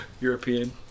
European